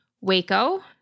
Waco